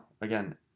Again